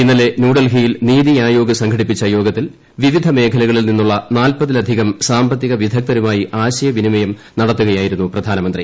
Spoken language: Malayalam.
ഇന്നലെ ന്യൂഡിൽഹിയിൽ നിതി ആയോഗ് സംഘടിപ്പിച്ച യോഗത്തിൽ വിപ്പിക്ക് മേഖലകളിൽ നിന്നുള്ള നാല്പതിലധികം സാമ്പത്തിക വിദ്രഗ്ദ്ധരുമായി ആശയ വിനിമയം നട ത്തുകയായിരുന്നു പ്രധാനമന്ത്രി